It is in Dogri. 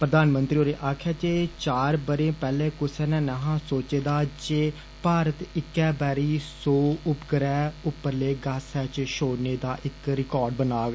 प्रधानमंत्री होरें आक्खेआ चार बरे पैहले कुसै नै नेहा सोचे दा हा जे भारत इक्कै बारी सौ उपग्रह उप्परले गासै च छोड़ने दा इक रिकार्ड बनाग